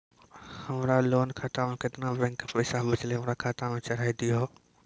हमरा लोन खाता मे केतना बैंक के पैसा बचलै हमरा खाता मे चढ़ाय दिहो?